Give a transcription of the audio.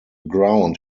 ground